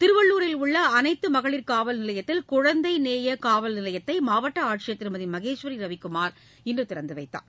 திருவள்ளூரில் உள்ள அனைத்து மகளிட் காவல் நிலையத்தில் குழந்தை நேய காவல் நிலையத்தை மாவட்ட ஆட்சியர் திருமதி மகேஸ்வரி ரவிக்குமார் இன்று திறந்து வைத்தார்